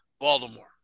Baltimore